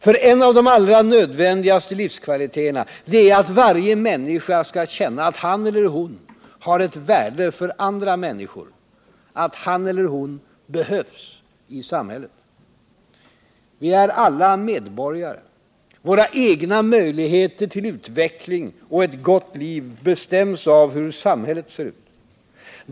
Fören av de allra nödvändigaste livskvaliteterna —det är att varje människa skall känna att han eller hon har ett värde för andra människor, att han eller hon behövs i samhället. Vi är alla medborgare: våra egna möjligheter till utveckling och ett gott liv bestäms av hur samhället ser ut.